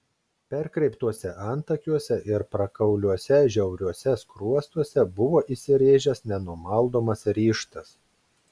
perkreiptuose antakiuose ir prakauliuose žiauriuose skruostuose buvo įsirėžęs nenumaldomas ryžtas